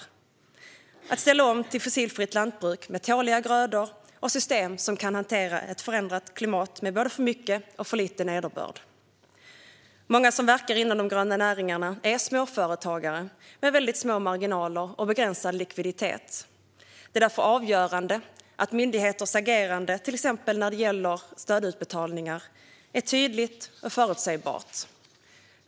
Det handlar om att ställa om till fossilfritt lantbruk med tåliga grödor och system som kan hantera ett förändrat klimat med både för mycket och för lite nederbörd. Många som verkar inom de gröna näringarna är småföretagare med små marginaler och begränsad likviditet. Det är därför avgörande att myndigheters agerande, till exempel när det gäller stödutbetalningar, är tydligt och förutsägbart.